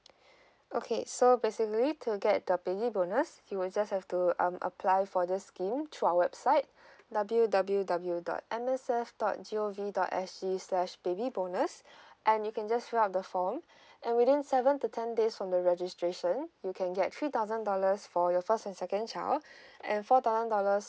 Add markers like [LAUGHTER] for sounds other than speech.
[BREATH] okay so basically to get the baby bonus you will just have to um apply for this scheme thru our website [BREATH] w w w dot M S F dot gov dot sg slash baby bonus [BREATH] and you can just fill up the form [BREATH] and within seven to ten days from the registration you can get three thousand dollars for your first and second child [BREATH] and four thousand dollars